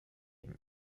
him